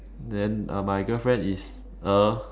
then uh my girlfriend is a